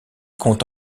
compte